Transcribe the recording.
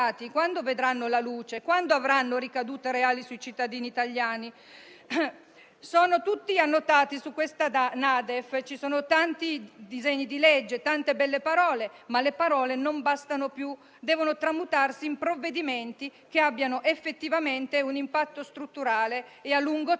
quando vedranno la luce? Quando avranno ricadute reali sui cittadini italiani? Annotati su questa NADEF ci sono tanti disegni di legge e tante belle parole, ma le parole non bastano più: devono tramutarsi in provvedimenti che abbiano effettivamente un impatto strutturale e a lungo termine